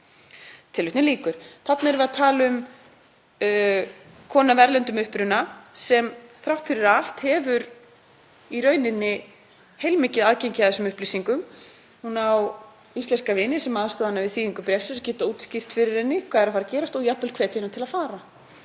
ég gafst upp.“ Þarna erum við að tala um konu af erlendum uppruna sem þrátt fyrir allt hefur í rauninni heilmikið aðgengi að þessum upplýsingum, hún á íslenska vini sem aðstoða hana við þýðingu bréfsins og geta útskýrt fyrir henni hvað er að fara að gerast og jafnvel hvetja hana til að fara.